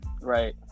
Right